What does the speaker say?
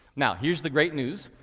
now, here's the great news.